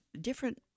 different